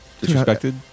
disrespected